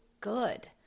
good